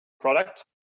product